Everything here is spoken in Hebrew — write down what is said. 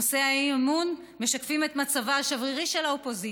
נושאי האי-אמון משקפים את מצבה השברירי של האופוזיציה.